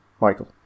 Michael